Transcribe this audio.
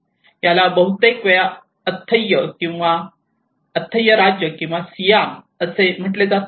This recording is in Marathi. याला बहुतेक वेळा अय्यथ्य राज्य किंवा सियाम असे म्हटले जाते